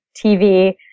TV